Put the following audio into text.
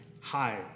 hi